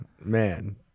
man